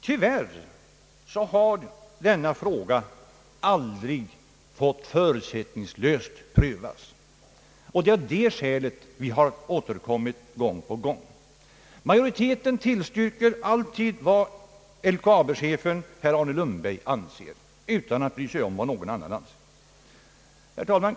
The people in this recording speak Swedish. Tyvärr har denna fråga aldrig fått prövas förutsättningslöst, och det är av det skälet vi har återkommit gång på gång. Majoriteten tillstyrker alltid vad LKAB-chefen herr Arne Lundberg anser utan att bry sig om vad någon annan tycker. Herr talman!